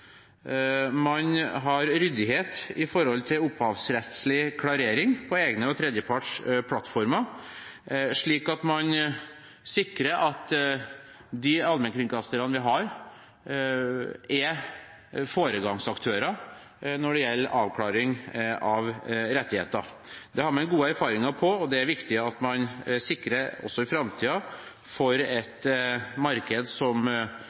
man har ryddighet når det gjelder opphavsrettslig klarering på egne og tredjeparts plattformer, slik at man sikrer at de allmennkringkasterne vi har, er foregangsaktører når det gjelder avklaring av rettigheter. Det har man gode erfaringer fra, og det er det viktig at man sikrer også i framtiden for et marked som